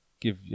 give